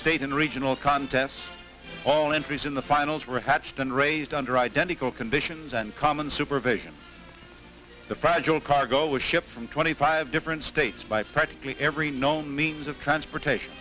state and regional contests all entries in the finals were hatched and raised under identical conditions and common supervision the fragile cargo was shipped from twenty five different states by practically every no means of transportation